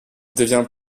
devient